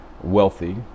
wealthy